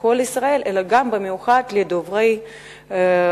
לכל ישראל אלא גם במיוחד לדוברי רוסית.